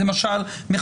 למשל.